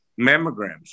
mammograms